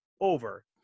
over